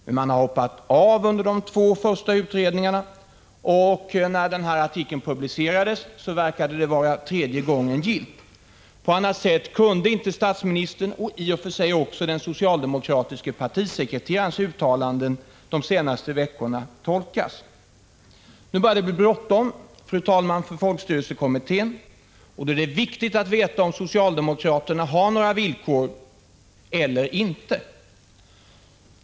Men de har ändå hoppat av de två första utredningarna. När den artikel, som jag hänvisat till, publicerades verkade det vara tredje gången gillt. På annat sätt kunde inte statsministerns, och i och för sig också den socialdemokratiske partisekreterarens, uttalanden de senaste veckorna tolkas. Fru talman! Nu börjar det bli bråttom för folkstyrelsekommittén. Då är det viktigt att veta om socialdemokraterna har några villkor eller inte.